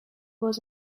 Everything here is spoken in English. was